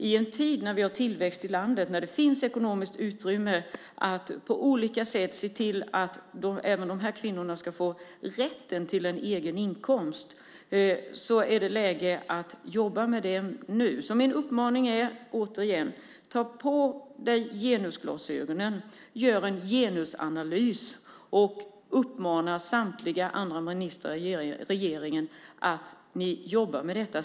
I en tid när vi har tillväxt i landet, när det finns ekonomiskt utrymme att på olika sätt se till att även de kvinnorna ska få rätten till en egen inkomst är det läge att jobba med det nu. Min uppmaning är återigen: Ta på dig genusglasögonen! Gör en genusanalys och uppmana samtliga andra ministrar i regeringen att jobba med detta!